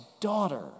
Daughter